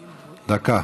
דקה.